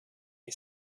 his